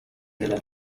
della